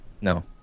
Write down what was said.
No